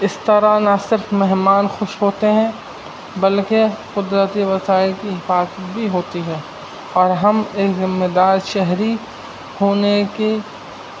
اس طرح نہ صرف مہمان خوش ہوتے ہیں بلکہ قدرتی وسائل کی حفاقت بھی ہوتی ہے اور ہم ایک ذمہ دار شہری ہونے کی